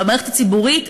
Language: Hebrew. במערכת הציבורית,